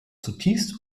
zutiefst